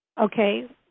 Okay